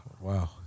Wow